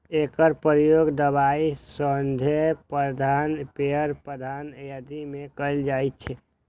एकर प्रयोग दवाइ, सौंदर्य प्रसाधन, पेय पदार्थ आदि मे कैल जाइ छै